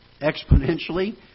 exponentially